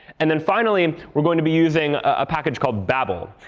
and then finally, we're going to be using a package called babel.